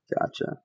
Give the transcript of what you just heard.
Gotcha